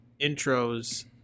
intros